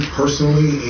personally